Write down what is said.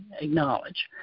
acknowledge